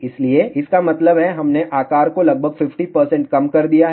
इसलिए इसका मतलब है हमने आकार को लगभग 50 कम कर दिया है